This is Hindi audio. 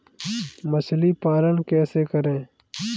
मछली पालन कैसे करें?